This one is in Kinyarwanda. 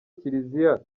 kiliziya